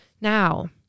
Now